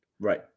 Right